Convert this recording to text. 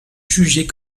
juger